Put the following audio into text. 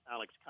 Alex